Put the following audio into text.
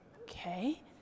Okay